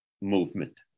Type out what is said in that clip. movement